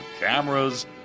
cameras